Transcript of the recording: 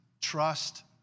trust